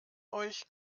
euch